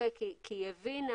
כי היא הבינה